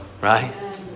right